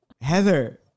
Heather